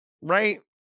Right